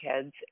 kids